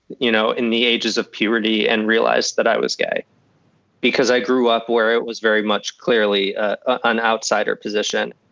you know, in the ages of puberty and realized that i was gay because i grew up where it was very much clearly ah an outsider position